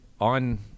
on